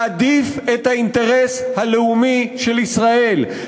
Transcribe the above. להעדיף את האינטרס הלאומי של ישראל,